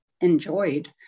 enjoyed